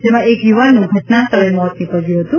જેમાં એક યુવાનનું ઘટનાસ્થળે મોત નિપજ્યું હતું